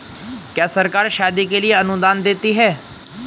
क्या सरकार शादी के लिए अनुदान देती है?